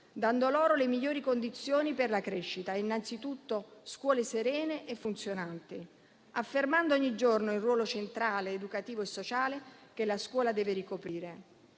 dando loro le migliori condizioni per la crescita, innanzitutto scuole serene e funzionanti, affermando ogni giorno il ruolo centrale, educativo e sociale che la scuola deve ricoprire.